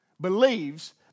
believes